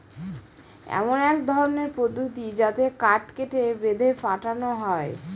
এমন এক ধরনের পদ্ধতি যাতে কাঠ কেটে, বেঁধে পাঠানো হয়